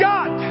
God